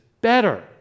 better